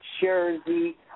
Jersey